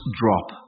drop